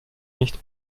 nicht